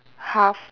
half